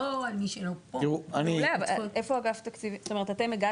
לא אל מי שלא פה.